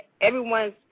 everyone's